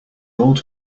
old